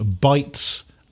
bites